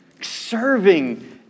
serving